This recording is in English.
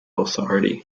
authority